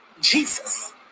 Jesus